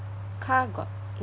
car got